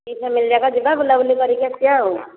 ଦୁଇ ଭଉଣୀଯାକ ଯିବା ବୁଲାବୁଲି କରିକି ଆସିବା ଆଉ